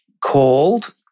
called